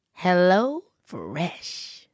HelloFresh